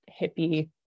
hippie